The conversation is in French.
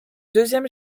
deuxième